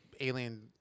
alien